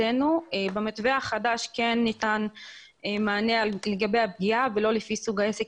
במתווה החדש כן ניתן מענה לגבי הפגיעה ולא לפי סוג העסק,